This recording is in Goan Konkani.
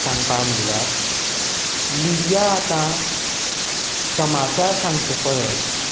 सांगपाचें म्हणल्यार मिडिया आतां समाचार सांगचे परस